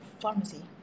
pharmacy